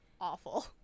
awful